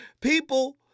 People